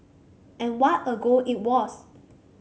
and what a goal it was